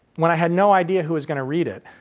when i had no idea who was going to read it.